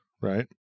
right